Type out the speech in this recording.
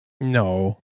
No